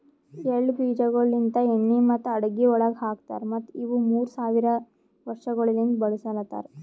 ಎಳ್ಳ ಬೀಜಗೊಳ್ ಲಿಂತ್ ಎಣ್ಣಿ ಮತ್ತ ಅಡುಗಿ ಒಳಗ್ ಹಾಕತಾರ್ ಮತ್ತ ಇವು ಮೂರ್ ಸಾವಿರ ವರ್ಷಗೊಳಲಿಂತ್ ಬೆಳುಸಲತಾರ್